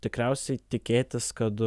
tikriausiai tikėtis kad